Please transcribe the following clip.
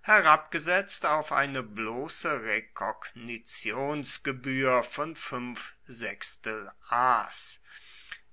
herabgesetzt auf eine bloße rekognitionsgebühr von fünftel